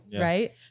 Right